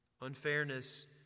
Unfairness